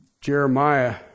Jeremiah